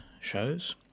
shows